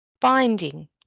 binding